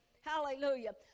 Hallelujah